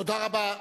תודה רבה.